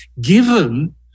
given